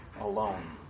alone